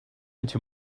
into